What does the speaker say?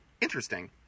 interesting